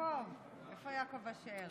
יעקב אשר?